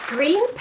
Green